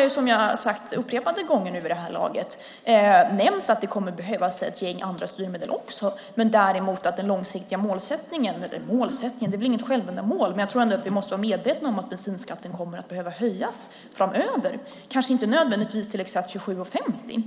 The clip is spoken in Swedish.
Jag har vid upprepade tillfällen nämnt att det kommer att behövas ett gäng andra styrmedel, men jag tror att vi måste vara medvetna om att bensinskatten kommer att behöva höjas framöver - kanske inte nödvändigtvis till exakt 27:50,